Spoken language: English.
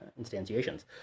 instantiations